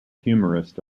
humorist